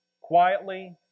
quietly